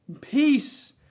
Peace